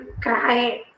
cry